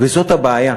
וזאת הבעיה.